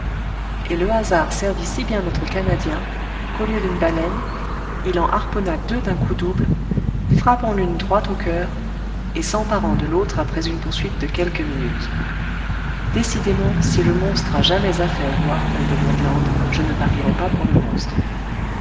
et le hasard servit si bien notre canadien qu'au lieu d'une baleine il en harponna deux d'un coup double frappant l'une droit au coeur et s'emparant de l'autre après une poursuite de quelques minutes décidément si le monstre a jamais affaire au harpon de ned land je ne parierai pas pour le monstre